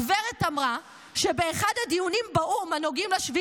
הגברת אמרה שבאחד הדיונים באו"ם הנוגעים ב-7